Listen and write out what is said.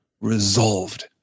resolved